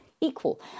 equal